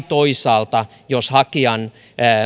toisaalta jos hakijan